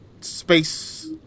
space